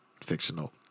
fictional